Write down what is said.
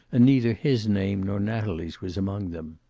and neither his name nor natalie's was among them.